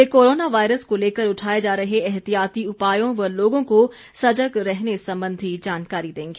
वे corona virus को लेकर उठाए जा रहे एहतियाति उपायों व लोगों को सजग रहने संबंधी जानकारी देंगे